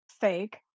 Fake